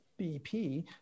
BP